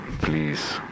Please